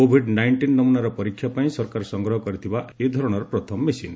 Covid nineteen ନମୁନାର ପରୀକ୍ଷା ପାଇଁ ସରକାର ସଂଗ୍ରହ କରିଥିବା ଏହା ହେଉଛି ଏ ଧରଣର ପ୍ରଥମ ମେସିନ୍